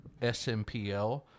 SMPL